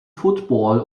football